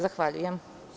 Zahvaljujem.